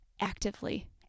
Actively